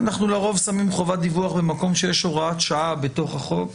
לרוב אנחנו שמים חובת דיווח במקום שיש הוראת שעה בתוך החוק.